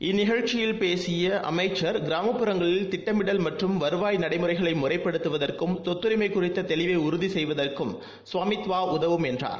இந்த நிகழ்ச்சியில் பேசிய அமைச்சர் கிராமப்புறங்களில் திட்டமிடல் மற்றும் வருவாய் நடைமுறைகளை முறைப்படுத்துவதற்கும் சொத்துரிமை குறித்த தெளிவை உறுதி செய்வதற்கும் ஸ்வாதிமிகால உதவும் என்றார்